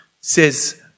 says